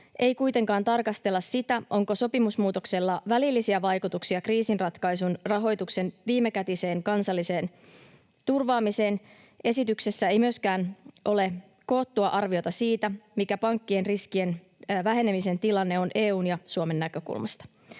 ei kuitenkaan tarkastella sitä, onko sopimusmuutoksella välillisiä vaikutuksia kriisinratkaisun rahoituksen viimekätiseen kansalliseen turvaamiseen. Esityksessä ei myöskään ole koottua arviota siitä, mikä pankkien riskien vähenemisen tilanne on EU:n ja Suomen näkökulmasta.